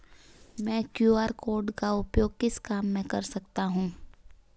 मैं QR code का उपयोग किस काम में कर सकता हूं?